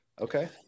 Okay